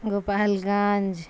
Gopal Ganj